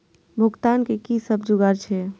भुगतान के कि सब जुगार छे?